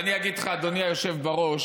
אז אני אגיד לך, אדוני היושב בראש,